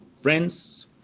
Friends